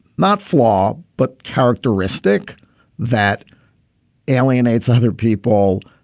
not flaw, but characteristic that alienates other people.